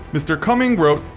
mr. cummin's wrote,